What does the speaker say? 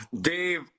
Dave